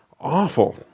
awful